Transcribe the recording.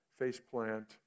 Faceplant